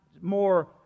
more